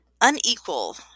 unequal